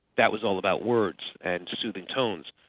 that was all about words and soothing tones.